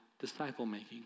disciple-making